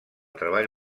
treball